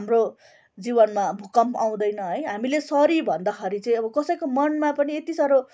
हाम्रो जीवनमा भूकम्प आउँदैन है हामीले सरी भन्दाखेरि चाहिँ अब कसैको मनमा पनि यति साह्रो